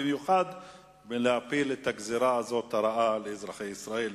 בעיקר להפיל את הגזירה הרעה הזאת,